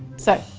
so,